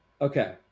Okay